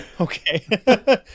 okay